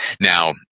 Now